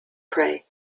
pray